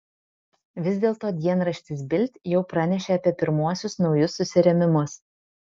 vis dėlto dienraštis bild jau pranešė apie pirmuosius naujus susirėmimus